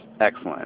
excellent